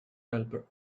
helper